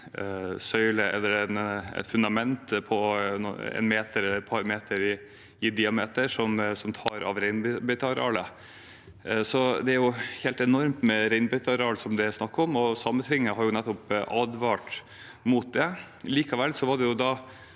som har et fundament på én eller to meter i diameter som tar av reinbeitearealet. Det er helt enormt med reinbeiteareal det er snakk om, og Sametinget har jo nettopp advart mot det. Likevel var det et